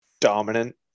dominant